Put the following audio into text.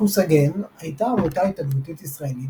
מחוסגן הייתה עמותה התנדבותית ישראלית,